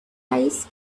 eyes